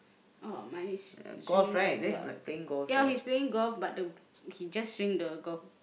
oh mine is swinging the ya ya he's playing golf but the he just swing the golf